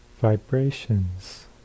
vibrations